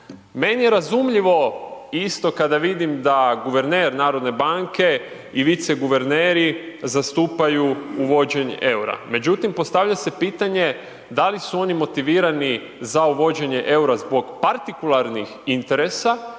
Meni je razumljivo isto kada vidim da guverner Narodne banke i viceguverneri zastupaju uvođenje eura međutim postavlja se pitanje da li oni motivirani za uvođenje eura zbog partikularnih interesa